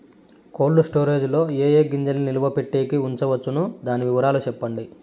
Cold storage లో ఏ ఏ గింజల్ని నిలువ పెట్టేకి ఉంచవచ్చును? దాని వివరాలు సెప్పండి?